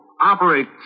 operate